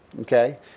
okay